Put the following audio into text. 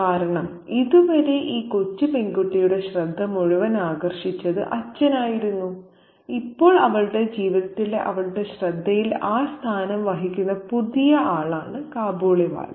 കാരണം ഇതുവരെ ഈ കൊച്ചു പെൺകുട്ടിയുടെ ശ്രദ്ധ മുഴുവൻ ആകർഷിച്ചത് അച്ഛനായിരുന്നു ഇപ്പോൾ അവളുടെ ജീവിതത്തിലെ അവളുടെ ശ്രദ്ധയിൽ ആ സ്ഥാനം വഹിക്കുന്ന പുതിയ ആളാണ് കാബൂളിവാല